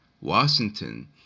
Washington